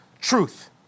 Truth